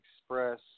express